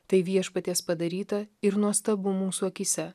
tai viešpaties padaryta ir nuostabu mūsų akyse